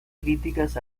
críticas